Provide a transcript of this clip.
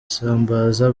isambaza